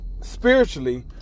spiritually